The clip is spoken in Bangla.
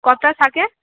কটা থাকে